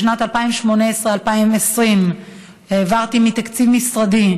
לשנים 2018 2020 העברתי מתקציב משרדי,